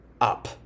up